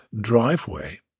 driveway